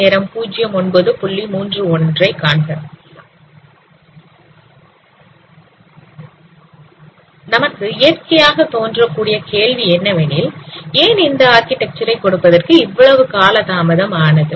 நமக்கு இயற்கையாக தோன்றக் கூடிய கேள்வி என்னவெனில் ஏன் இந்த ஆர்க்கிடெக்சர் ஐ கொடுப்பதற்கு இவ்வளவு காலதாமதம் ஆனது